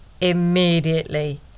immediately